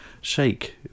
shake